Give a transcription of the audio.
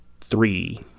three